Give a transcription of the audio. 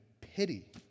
pity